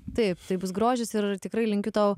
taip tai bus grožis ir tikrai linkiu tau